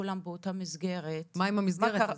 כולם באותה מסגרת --- מה עם המסגרת הזו?